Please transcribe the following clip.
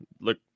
Look